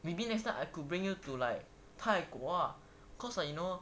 maybe next time I could bring you to like 泰国 ah cause like you know